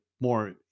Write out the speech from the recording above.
more